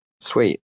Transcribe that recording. Sweet